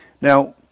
Now